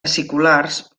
aciculars